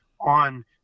on